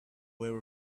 aware